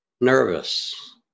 nervous